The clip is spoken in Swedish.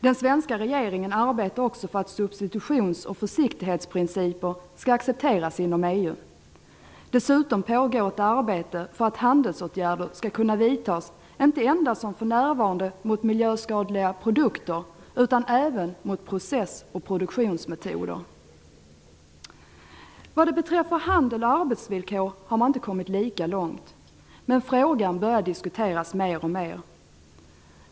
Den svenska regeringen arbetar också för att substitutions och försiktighetsprinciper skall accepteras inom EU. Dessutom pågår ett arbete för att handelsåtgärder skall kunna vidtas inte endast som för närvarande mot miljöskadliga produkter utan även mot process och produktionsmetoder. Vad beträffar handel och arbetsvillkor har man inte kommit lika långt. Men frågan börjar diskuteras mer och mer.